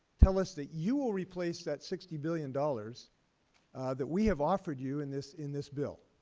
tell us that you will replace that sixty billion dollars that we have offered you in this in this bill?